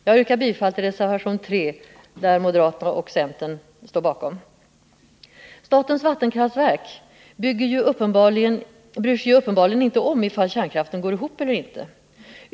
Jag yrkar bifall till reservation 3, som moderaterna och centern står bakom. Statens vattenfallsverk bryr sig ju uppenbarligen inte om ifall kärnkraften går ihop eller ej.